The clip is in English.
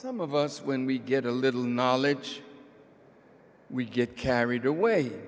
some of us when we get a little knowledge we get carried away